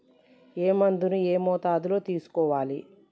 ఏ మందును ఏ మోతాదులో తీసుకోవాలి?